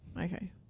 Okay